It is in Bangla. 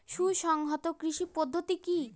সুসংহত কৃষি পদ্ধতি কি?